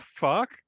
fuck